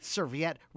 Serviette